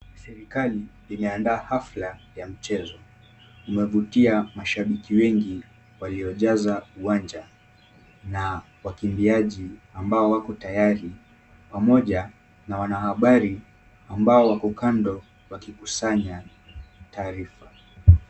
Serikali imeandaa hafla ya michezo, imevutia mashabiki wengi waliojaza uwanja na wakimbiaji ambao wako tayari , pamoja na wanahabari ambao wako kando wakikusanya taarifa.